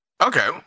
okay